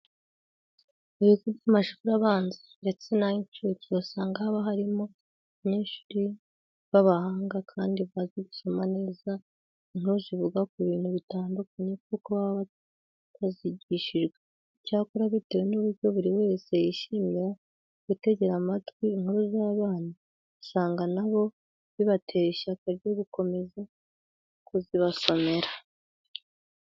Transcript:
Mu bigo by'amashuri abanza ndetse n'ay'incuke usanga haba higamo abanyeshuri b'abahanga kandi bazi gusoma neza inkuru zivuga ku bintu bitandukanye kuko baba barazigishijwe. Icyakora bitewe n'uburyo buri wese yishimira gutegera amatwi inkuru z'abana, usanga na bo bibatera ishyaka ryo gukomeza kuzibasomera.